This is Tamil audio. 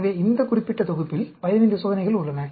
எனவே இந்த குறிப்பிட்ட தொகுப்பில் 15 சோதனைகள் உள்ளன